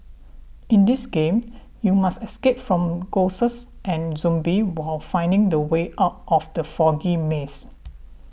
in this game you must escape from ghosts and zombies while finding the way out of the foggy maze